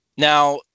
Now